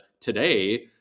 today